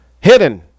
hidden